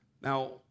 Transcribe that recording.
Now